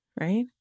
right